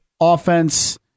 offense